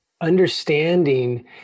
understanding